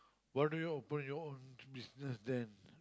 why don't you open your own business then